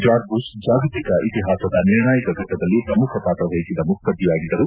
George Bush ಜಾಗತಿಕ ಇತಿಹಾಸದ ನಿರ್ಣಾಯಕ ಘಟ್ಟದಲ್ಲಿ ಪ್ರಮುಖ ಪಾತ್ರ ವಹಿಸಿದ ಮುತ್ಲದ್ದಿಯಾಗಿದ್ದರು